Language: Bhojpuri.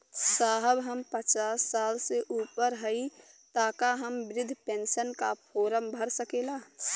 साहब हम पचास साल से ऊपर हई ताका हम बृध पेंसन का फोरम भर सकेला?